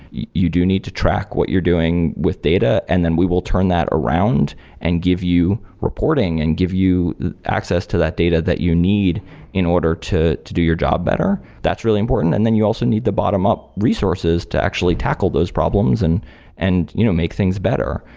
you you do need to track what you're doing with data and then we will turn that around and give you reporting and give you access to that data that you need in order to to do your job better, that's really important then you also need the bottom-up resources to actually tackle those problems and and you know make things better.